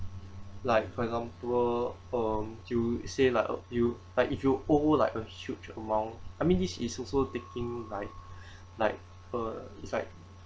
like for example um to say like uh you like if you owe like a huge amount I mean this is also taking like like uh it's like